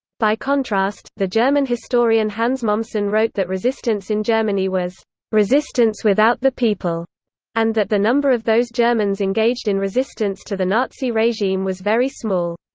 by contrast, the german historian hans mommsen wrote that resistance in germany was resistance without the people and that the number of those germans engaged in resistance to the nazi regime was very small.